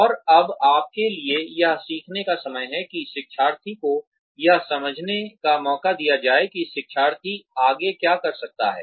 और अब आपके लिए यह सीखने का समय है कि शिक्षार्थी को यह समझने का मौका दिया जाए कि शिक्षार्थी आगे क्या कर सकता है